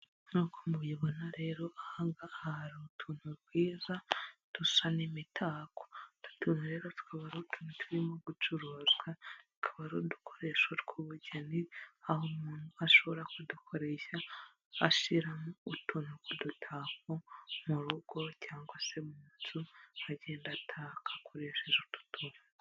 Nk'uko mubibona rero aha ngaha hari utuntu twiza dusa n'imitako utu tuntu rero tukaba ari utuntu turimo gucuruzwa tukaba ari udukoresho tw'ubugeni aho umuntu ashobora kudukoresha ashyiramo utuntu tw'udutako mu rugo cyangwa se mu nzu agenda ataka akoresheje utu tuntu.